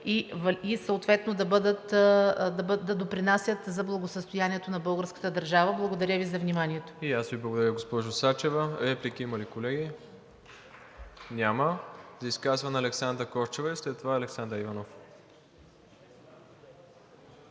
и съответно да допринасят за благосъстоянието на българската държава. Благодаря Ви за вниманието. ПРЕДСЕДАТЕЛ МИРОСЛАВ ИВАНОВ: И аз Ви благодаря, госпожо Сачева. Реплики има ли, колеги? Няма. За изказване Александра Корчева и след това Александър Иванов.